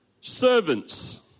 servants